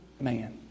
man